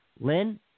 Lynn